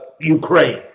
Ukraine